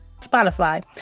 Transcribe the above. Spotify